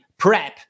Prep